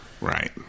Right